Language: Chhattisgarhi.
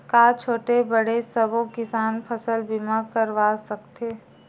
का छोटे बड़े सबो किसान फसल बीमा करवा सकथे?